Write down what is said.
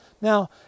Now